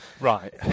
Right